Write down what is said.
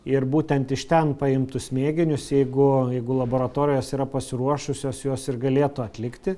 ir būtent iš ten paimtus mėginius jeigu jeigu laboratorijos yra pasiruošusios jos ir galėtų atlikti